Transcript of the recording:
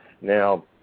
Now